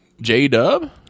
J-Dub